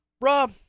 Rob